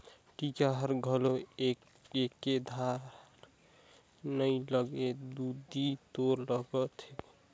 टीका हर घलो एके धार नइ लगथे दुदि तोर लगत हे